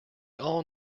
all